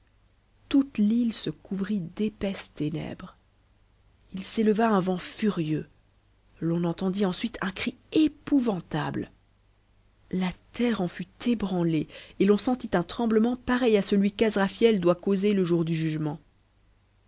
toute t'ite se couvrit d'épaisses ténèbres h s'éieva un vent furieux l'on entendit ensuite un cri épouvantable la terre en fut ébranlée et l'on sentit un tremblement pareil à celui qu'asrafyel doit causer le jour du jugement